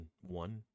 one